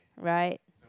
right